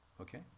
okay